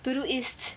to do list